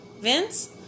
Vince